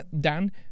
Dan